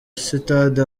sitade